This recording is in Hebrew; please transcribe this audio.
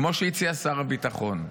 כמו שהציע שר הביטחון,